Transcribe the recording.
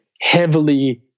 heavily